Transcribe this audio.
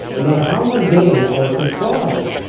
no matter how mundane or contrived,